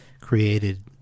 created